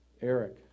Eric